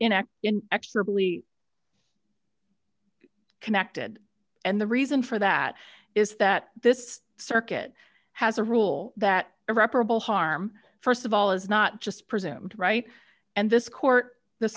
in extremely connected and the reason for that is that this circuit has a rule that irreparable harm st of all is not just presumed right and this court the